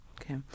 Okay